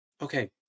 Okay